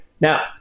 Now